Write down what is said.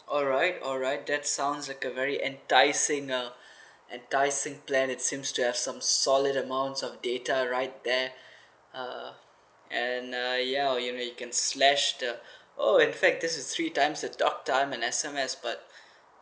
alright alright that sounds like a very enticing ah enticing plan it seems to have some solid amounts of data right there uh and uh ya you know you can slash the oh in fact this is three times the talk time and S_M_S but